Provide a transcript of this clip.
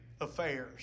affairs